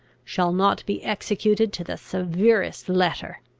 shall not be executed to the severest letter!